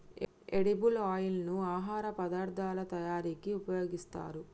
edible oil ను ఆహార పదార్ధాల తయారీకి ఉపయోగిస్తారు